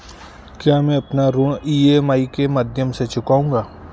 क्या मैं अपना ऋण ई.एम.आई के माध्यम से चुकाऊंगा?